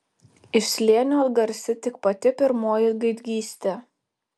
iš slėnio atgarsi tik pati pirmoji gaidgystė